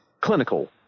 clinical